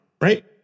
right